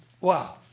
Wow